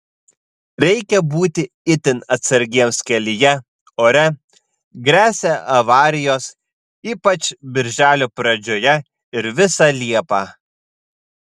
reikia būti itin atsargiems kelyje ore gresia avarijos ypač birželio pradžioje ir visą liepą